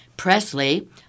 Presley